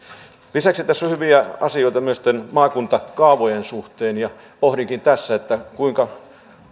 lisäksi tässä on hyviä asioita myös maakuntakaavojen suhteen pohdinkin tässä kuinka